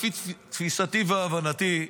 לפי תפיסתי והבנתי,